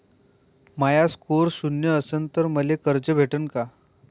माया score शून्य असन तर मले कर्ज भेटन का?